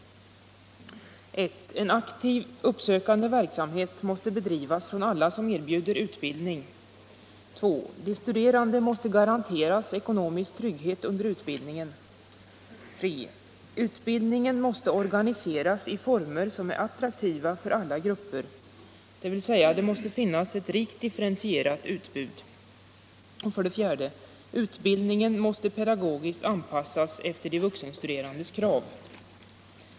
1. En aktiv uppsökande verksamhet måste bedrivas från alla som erbjuder utbildning. 2. De studerande måste garanteras ekonomisk trygghet under utbildningen. 3. Utbildningen måste organiseras i former som är attraktiva för alla grupper, dvs. det måste finnas ett rikt differentierat utbud. 4. Utbildningen måste pedagogiskt anpassas efter de vuxenstuderandes krav.